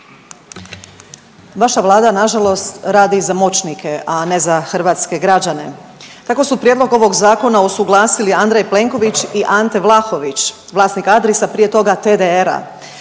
Vaša Vlada nažalost radi i za moćnike, a ne za hrvatske građane. Tako su prijedlog ovog zakona usuglasili Andrej Plenković i Ante Vlahović vlasnik Adrisa, prije toga TDR-a.